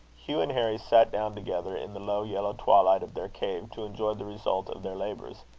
hugh and harry sat down together in the low yellow twilight of their cave, to enjoy the result of their labours.